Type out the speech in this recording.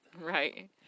Right